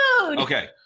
okay